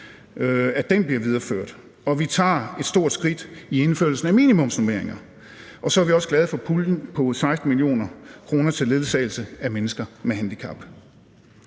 år, bliver videreført, og at vi tager et stort skridt i indførslen af minimumsnormeringer. Og så er vi også glade for puljen på 16 mio. kr. til ledsagelse af mennesker med handicap.